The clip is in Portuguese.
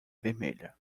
vermelha